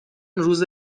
روز